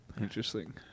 Interesting